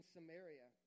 Samaria